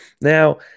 Now